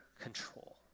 control